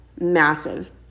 massive